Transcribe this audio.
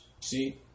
See